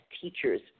teachers